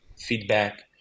feedback